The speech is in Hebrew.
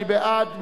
מי בעד?